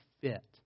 fit